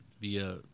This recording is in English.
via